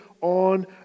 on